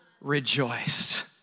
rejoiced